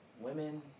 women